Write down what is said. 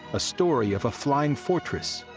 a story of a flying fortress,